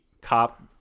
cop